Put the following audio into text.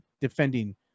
defending